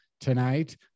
tonight